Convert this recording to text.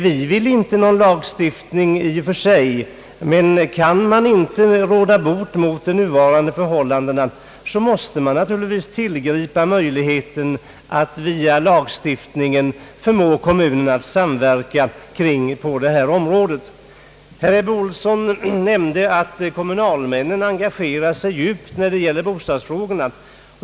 Vi vill inte ha någon lagstiftning i och för sig, men kan man inte råda bot på de nuvarande missförhållandena, måste man naturligtvis tillgripa möjligheten att via Jlagstiftningen förmå kommunerna att samverka på detta område. männen engagerar sig djupt i bostadsfrågorna.